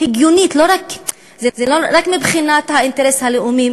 לא רק מבחינת האינטרס הלאומי,